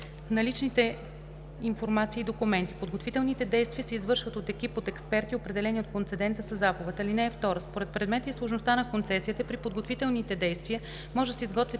наличните информация и документи. Подготвителните действия се извършват от екип от експерти, определени от концедента със заповед. (2) Според предмета и сложността на концесията при подготвителните действия може да се изготвят